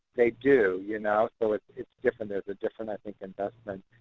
they do, you know, so it's it's different. there's a different, i think, investment